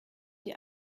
die